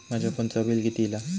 माझ्या फोनचा बिल किती इला?